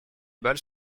balles